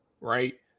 Right